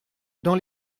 dans